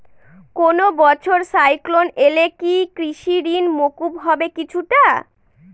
কোনো বছর সাইক্লোন এলে কি কৃষি ঋণ মকুব হবে কিছুটা?